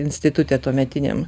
institute tuometiniam